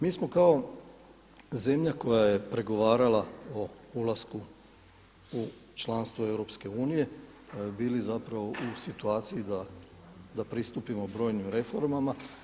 Mi smo kao zemlja koja je pregovarala o ulasku u članstvo EU bili u situaciji da pristupimo brojnim reformama.